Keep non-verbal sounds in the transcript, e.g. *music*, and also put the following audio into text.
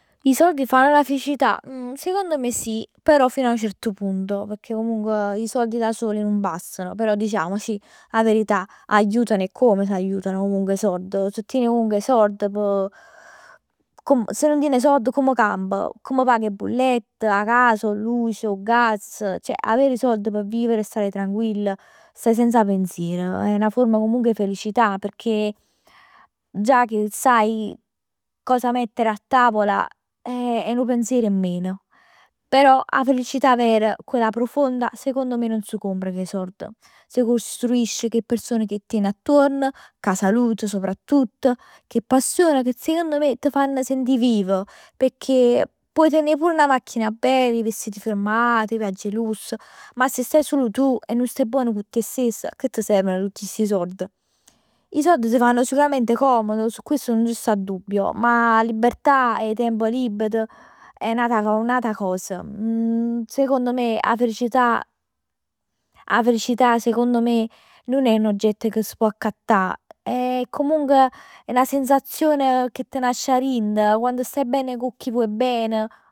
I soldi fanno la felicità? *hesitation* Secondo me sì, però fino 'a nu cert punto, pecchè comunque 'e sord da soli non bastano. Però diciamoci la verità, aiutano e come se aiutano comunque 'e sord. Se tien comunque 'e sord, si nun tien 'e sord come camp? Come pav 'e bullett, 'a cas, 'a luce, 'o gas. Ceh avè 'e sord p' vivere, p' sta tranquill, staje senza pensier. È 'na forma comunque 'e felicità pecchè già che sai cosa mettere a tavola è nu pensier in meno. Però 'a felicità vera quella profonda secondo me nun s' compra cu 'e sord. S' costruisc cu 'e persone ca tien attuorn, cu 'a salute soprattutt, cu 'e passion ca secondo me t' fann sentì viv. Pecchè può tenè pur 'na macchina bell, 'e vestiti firmati, 'e viaggi 'e lusso, ma se staje sul tu e nun staje buon cu te stess a che t' serven tutt sti sord? 'E sord fanno sulament comodo su questo non ci sta dubbio, ma 'a libertà, 'o tiemp liber è n'ata cosa, n'ata cos. *hesitation* Secondo me 'a felicità, 'a felicità secondo me nun è n'oggetto ca s' pò accattà, è comunque, è 'na sensazione ca t' nasce a'rint, quann staje ben cu chi vuò ben.